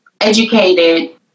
educated